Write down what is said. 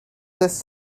lists